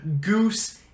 goose